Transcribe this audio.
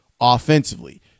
offensively